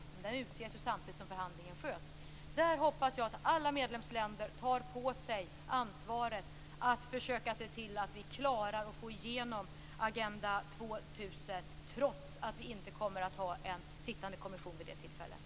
Ledamöterna utses ju samtidigt som förhandlingen sköts. Där hoppas jag att alla medlemsländer tar på sig ansvaret att försöka se till att vi klarar att få igenom Agenda 2000, trots att vi inte kommer att ha en sittande kommission vid det tillfället.